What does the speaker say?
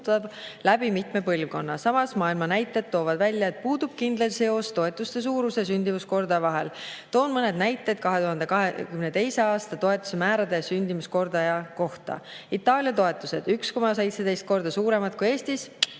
läbi mitme põlvkonna. Samas, maailma näited toovad välja, et puudub kindel seos toetuste suuruse ja sündimuskordaja vahel. Toon mõned näited 2022. aasta toetuse määrade ja sündimuskordaja kohta. Itaalia, toetused 1,17 korda suuremad kui Eestis,